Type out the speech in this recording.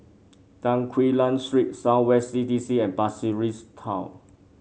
Tan Quee Lan Street South West C D C and Pasir Ris Town